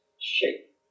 shape